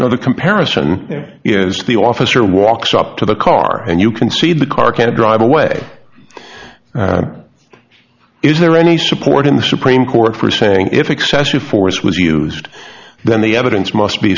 o the comparison is the officer walks up to the car and you can see the car can drive away is there any support in the supreme court for saying if excessive force was used then the evidence must be